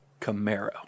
Camaro